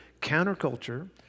counterculture